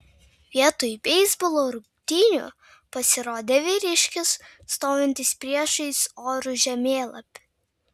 vietoj beisbolo rungtynių pasirodė vyriškis stovintis priešais orų žemėlapį